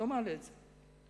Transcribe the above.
לא מעלה את זה.